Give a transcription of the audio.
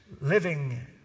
living